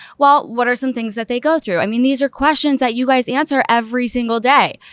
well, what are some things that they go through? i mean, these are questions that you guys answer every single day.